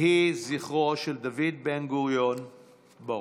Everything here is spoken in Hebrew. יהי זכרו של דוד בן-גוריון ברוך.